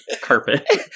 carpet